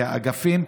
וכניסת האגפים,